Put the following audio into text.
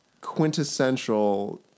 quintessential